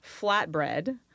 flatbread